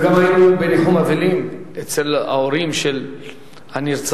וגם היינו בניחום אבלים אצל ההורים של הנרצחים.